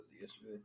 yesterday